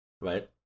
right